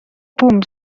بوم